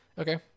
Okay